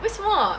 为什么